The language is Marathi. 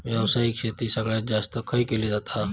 व्यावसायिक शेती सगळ्यात जास्त खय केली जाता?